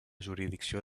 jurisdicció